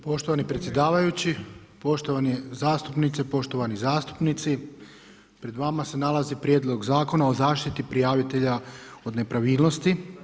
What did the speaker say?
Poštovani predsjedavajući, poštovane zastupnice i zastupnici pred vama se nalazi Prijedlog Zakona o zaštiti prijavitelja od nepravilnosti.